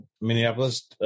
Minneapolis